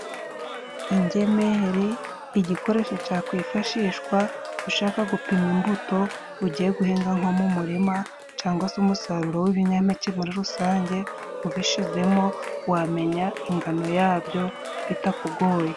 Ingemeri igikoresho cakwifashishwa ushaka gupima imbuto ugiye guhinga nko mu murima, cangwa se umusaruro w'ibinyapeke muri rusange ubishizemo wamenya ingano yabyo bitakugoye.